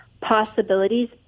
possibilities